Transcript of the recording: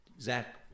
Zach